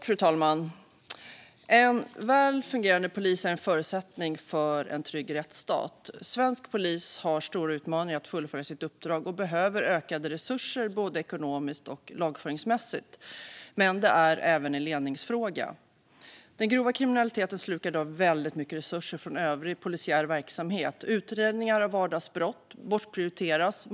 Fru talman! Ett väl fungerande polisväsen är en förutsättning för en trygg rättsstat. Svensk polis har stora utmaningar att fullfölja sitt uppdrag och behöver ökade resurser både ekonomiskt och lagföringsmässigt, men det är även en ledningsfråga. Den grova kriminaliteten slukar i dag väldigt mycket resurser från övrig polisiär verksamhet. Utredningar av vardagsbrott bortprioriteras.